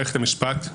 מערכת המשפט,